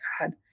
God